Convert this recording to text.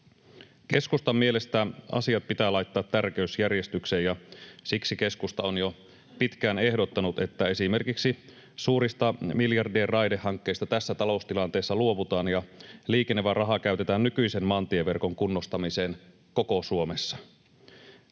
Keskustan mielestä asiat pitää laittaa tärkeysjärjestykseen, ja siksi keskusta on jo pitkään ehdottanut, että esimerkiksi suurista miljardien raidehankkeista tässä taloustilanteessa luovutaan ja liikenevä raha käytetään nykyisen maantieverkon kunnostamiseen koko Suomessa.